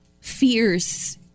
fierce